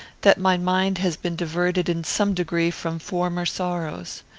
that my mind has been diverted in some degree from former sorrows.